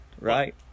right